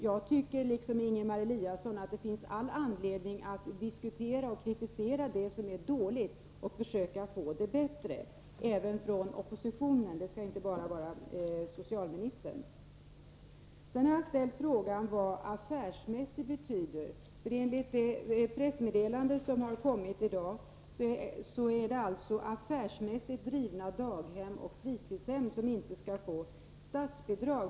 Jag tycker liksom Ingemar Eliasson att det finns all anledning att diskutera och kritisera det som är dåligt och försöka få det bättre. Detta skall inte bara socialministern kunna göra, utan även vi från oppositionen. Sedan har jag ställt frågan vad ”affärsmässig” betyder. Enligt det pressmeddelande som kommit i dag är det affärsmässigt drivna daghem och fritidshem som inte skall få statsbidrag.